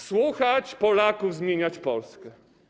Słuchać Polaków, zmieniać Polskę.